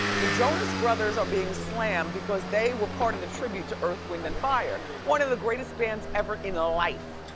the jonas brothers are being slammed because they were part of the tribute to earth, wind and fire, one of the greatest bands ever in life.